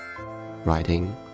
Writing